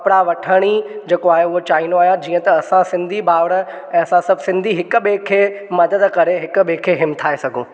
कपिड़ा वठण हीअ जेको आहे उहा चाहींदो आहियां जीअं त असां सिंधी भाउरु असां सभु सिंधी हिक ॿिए खे मदद करे हिक ॿिए खे हिमथाए सघूं